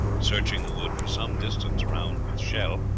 searching the wood for some distance round with shell,